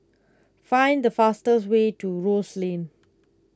find the fastest way to Rose Lane